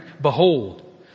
behold